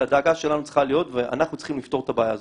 זו צריכה להיות הדאגה שלנו ואנחנו צריכים לפתור את הבעיה הזאת.